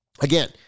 Again